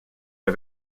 der